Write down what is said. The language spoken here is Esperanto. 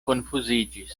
konfuziĝis